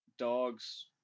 Dogs